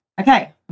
Okay